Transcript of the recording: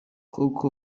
koko